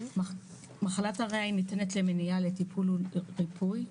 מחלת הריאה ניתנת למניעה, לטיפול ולריפוי.